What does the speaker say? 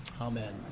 Amen